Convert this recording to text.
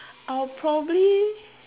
I would probably